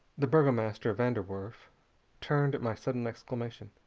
the burgomaster van der werf turned at my sudden exclamation.